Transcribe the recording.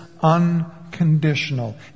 unconditional